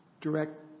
direct